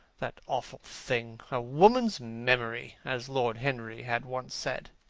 that awful thing, a woman's memory! as lord henry had once said.